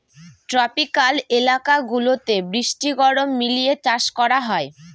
tropical এলাকা গুলাতে বৃষ্টি গরম মিলিয়ে চাষ করা হয়